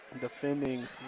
defending